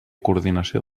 coordinació